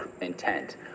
intent